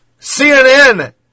CNN